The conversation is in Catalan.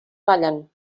ballen